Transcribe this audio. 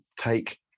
take